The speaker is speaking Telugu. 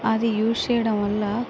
అది యూస్ చేయడం వల్ల